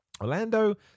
orlando